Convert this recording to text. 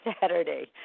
Saturday